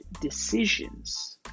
decisions